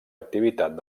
activitat